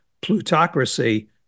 plutocracy